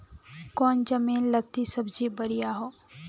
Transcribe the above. कौन जमीन लत्ती सब्जी बढ़िया हों?